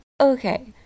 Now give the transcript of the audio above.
Okay